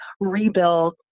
rebuild